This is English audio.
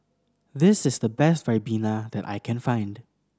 this is the best ribena that I can find